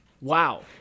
Wow